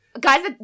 Guys